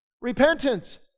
repentance